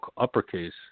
uppercase